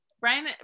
brian